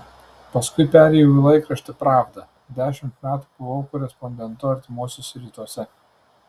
paskui perėjau į laikraštį pravda dešimt metų buvau korespondentu artimuosiuose rytuose